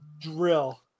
drill